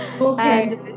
Okay